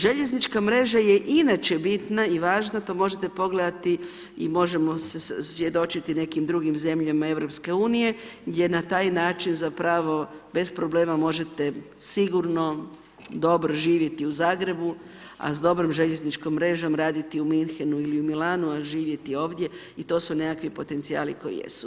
Željeznička mreža je inače bitna i važna, to možete pogledati i možemo se svjedočiti nekim drugim zemljama EU-a gdje na taj način zapravo bez problema možete sigurno, dobro živjeti u Zagrebu a s dobrom željezničkom mrežom raditi u Munchenu ili Milanu a živjeti ovdje, i to su neki potencijali koji jesu.